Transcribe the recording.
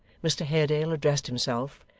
mr haredale addressed himself,